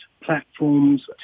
platforms